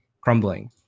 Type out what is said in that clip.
crumbling